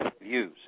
views